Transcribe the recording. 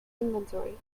inventory